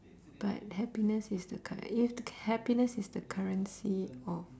but happiness is the curren~ you have to happiness is the currency of